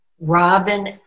Robin